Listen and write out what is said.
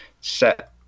set